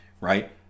right